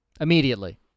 immediately